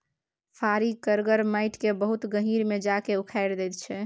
फारी करगर माटि केँ बहुत गहींर मे जा कए उखारि दैत छै